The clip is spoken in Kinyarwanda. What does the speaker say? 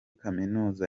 kaminuza